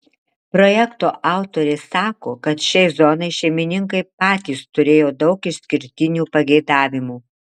projekto autorė sako kad šiai zonai šeimininkai patys turėjo daug išskirtinių pageidavimų